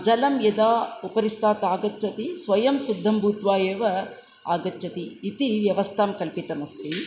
जलं यदा उपरिष्ठात् आग्च्छति स्वयं शुद्धं भूत्वा एव आगच्छेत् इति व्यवस्थां कल्पितमस्ति